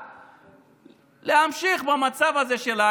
אנחנו, מבחינתנו, מאמינים שאפשר לפתור את הסכסוך.